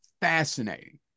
fascinating